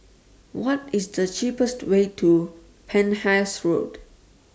What IS The cheapest Way to Penhas Road